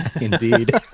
Indeed